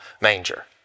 manger